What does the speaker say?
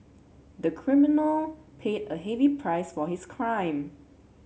the criminal paid a heavy price for his crime